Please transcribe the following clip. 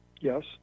yes